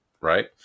right